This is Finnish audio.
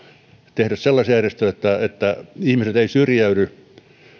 tehdä sellaisia järjestelyjä että ihmiset eivät syrjäydy